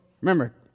remember